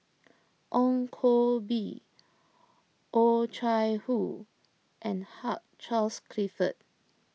Ong Koh Bee Oh Chai Hoo and Hugh Charles Clifford